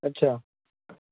अच्छा